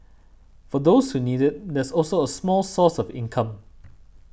for those who need it there's also a small source of income